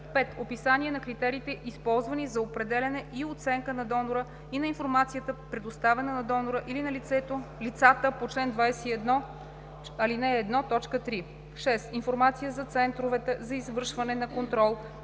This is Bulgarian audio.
5. описание на критериите, използвани за определяне и оценка на донора, и на информацията, предоставена на донора или на лицата по чл. 21, ал. 1, т. 3; 6. информация за центровете за извършване на контрол,